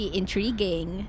intriguing